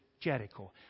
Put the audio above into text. Jericho